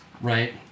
right